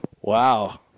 Wow